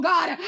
God